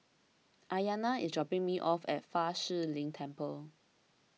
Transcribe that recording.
Aiyana is dropping me off at Fa Shi Lin Temple